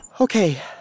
Okay